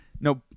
Nope